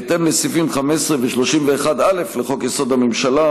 בהתאם לסעיפים 15 ו-31(א) לחוק-יסוד: הממשלה,